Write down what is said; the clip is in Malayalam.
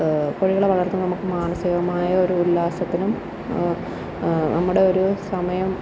കോഴികളെ വളർത്തുമ്പോൾ നമുക്ക് മാനസികമായാൽ ഒരു ഉല്ലാസത്തിനും നമ്മുടെ ഒരു സമയം